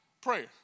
prayer